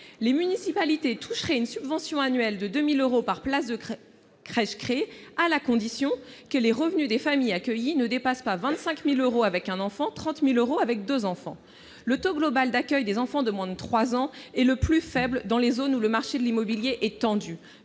les municipalités toucheraient une subvention annuelle de 2 000 euros par place de crèche créée à la condition que les revenus des familles bénéficiaires ne dépassent pas 25 000 euros avec un enfant, 30 000 euros avec deux enfants. Le taux global d'accueil des enfants de moins de trois ans est le plus faible dans les zones où le marché de l'immobilier est tendu.